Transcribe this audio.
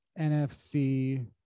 NFC